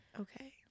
Okay